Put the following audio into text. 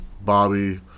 Bobby